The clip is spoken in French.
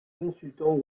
consultants